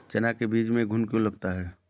चना के बीज में घुन क्यो लगता है?